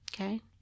Okay